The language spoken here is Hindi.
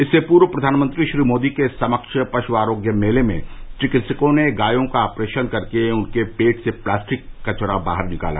इससे पूर्व प्रवानमंत्री श्री मोदी के समक्ष पशु आरोग्य मेले में चिकित्सकों ने गायों का ऑपरेशन कर के उनके पेट से प्लास्टिक कचरा बाहर निकाला